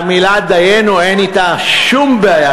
והמילה "דיינו" אין אתה שום בעיה,